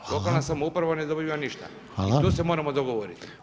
Lokalna samouprava ne dobiva ništa i tu se moramo dogovoriti.